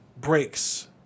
breaks